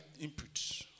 input